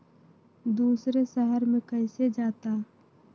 दूसरे शहर मे कैसे जाता?